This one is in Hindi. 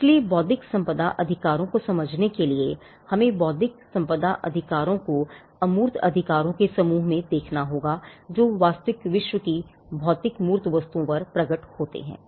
इसलिए बौद्धिक संपदा अधिकारों को समझने के लिए हमें बौद्धिक संपदा अधिकारों को अमूर्त अधिकारों के समूह के रूप में देखना होगा जो वास्तविक विश्व की भौतिक मूर्त वस्तुओं पर प्रकट होते हैं